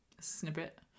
snippet